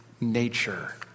nature